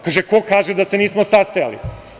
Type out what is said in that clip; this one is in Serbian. Ko kaže da se nismo sastajali“